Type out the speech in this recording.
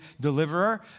deliverer